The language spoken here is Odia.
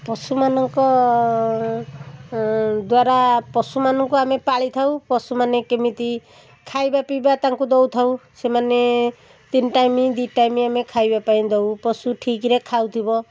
ପଶୁ ମାନଙ୍କ ଦ୍ୱାରା ପଶୁମାନଙ୍କୁ ଆମେ ପାଳିଥାଉ ପଶୁମାନେ କେମିତି ଖାଇବା ପିଈବା ତାଙ୍କୁ ଦେଉଥାଉ ସେମାନେ ତିନି ଟାଇମ୍ ଦୁଇ ଟାଇମ୍ ଆମେ ଖାଇବା ପାଇଁ ଦେଉ ପଶୁ ଠିକରେ ଖାଉଥିବ